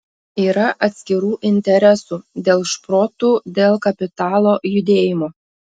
yra atskirų interesų dėl šprotų dėl kapitalo judėjimo